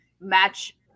match